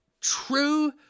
true